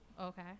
Okay